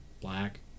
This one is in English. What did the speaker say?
Black